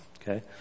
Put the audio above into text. Okay